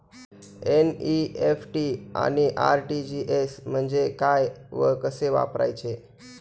NEFT आणि RTGS म्हणजे काय व कसे वापरायचे?